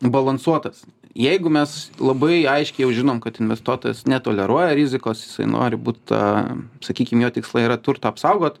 balansuotas jeigu mes labai aiškiai jau žinom kad investuotojas netoleruoja rizikos jisai nori būt ta sakykim jo tikslai yra turtą apsaugot